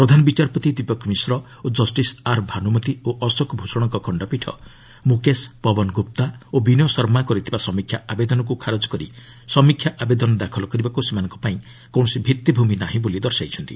ପ୍ରଧାନ ବିଚାରପତି ଦୀପକ ମିଶ୍ର ଓ justice R Banumathi ଓ ଅଶୋକ ଭୂଷଣଙ୍କ ଖଶ୍ଚପୀଠ ମୁକେଶ ପବନ ଗୁପ୍ତା ଓ ବିନୟ ଶର୍ମା କରିଥିବା ସମୀକ୍ଷା ଆବେଦନକୁ ଖାରଜ କରି ସମୀକ୍ଷା ଆବେଦନ ଦାଖଲ କରିବାକୁ ସେମାନଙ୍କର ପାଇଁ କୌଣସି ଭିଭି଼ମି ନାହିଁ ବୋଲି ଦର୍ଶାଇଛନ୍ତି